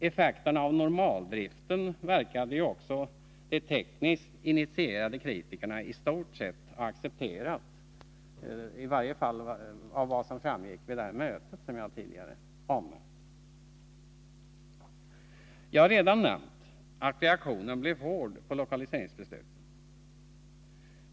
Effekterna av normaldriften verkade ju också de tekniskt intresserade kritikerna i stort sett ha accepterat. Det framgick i varje fall vid det tidigare nämnda mötet. Jag har redan nämnt att reaktionen blev hård mot lokaliseringsbeslutet.